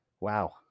Wow